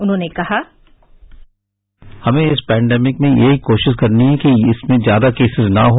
उन्होंने कहा हमें इस पॅडेमिक में यह कोशिश करनी है कि इसमें ज्यादा केसेस न हो